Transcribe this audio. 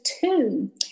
two